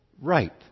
right